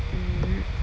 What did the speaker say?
mm